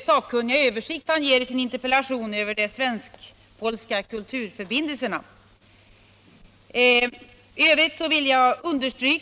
sakkunniga översikt över de svensk-polska kulturförbindelserna som han redovisat i sin interpellation.